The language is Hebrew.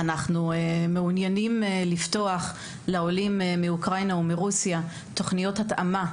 אנחנו מעוניינים לפתוח לעולים מאוקראינה ומרוסיה תוכניות התאמה.